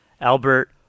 Albert